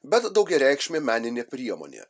bet daugiareikšmė meninė priemonė